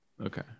Okay